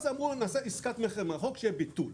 אז אמרו: נעשה עסקת מכר מרחוק, שיהיה ביטול.